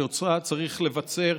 שאותה צריך לבצר,